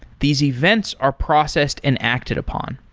these events are processed and acted upon.